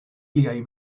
liaj